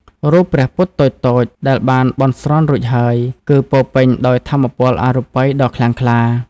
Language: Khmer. រូបព្រះពុទ្ធតូចៗដែលបានបន់ស្រន់រួចហើយ គឺពោរពេញដោយថាមពលអរូបីយ៍ដ៏ខ្លាំងក្លា។